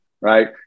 right